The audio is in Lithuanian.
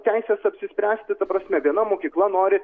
teisės apsispręsti ta prasme viena mokykla nori